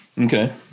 okay